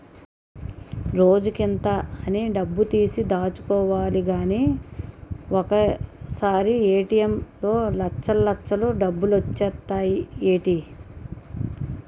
రోజుకింత అని డబ్బుతీసి దాచుకోలిగానీ ఒకసారీ ఏ.టి.ఎం లో లచ్చల్లచ్చలు డబ్బులొచ్చేత్తాయ్ ఏటీ?